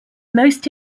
most